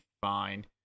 fine